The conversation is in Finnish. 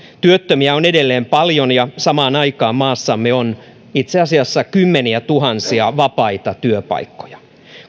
työttömiä on edelleen paljon ja samaan aikaan maassamme on itse asiassa kymmeniätuhansia vapaita työpaikkoja